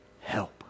help